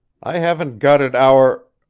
i haven't got at our